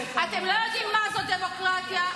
תתחילי מעצמך.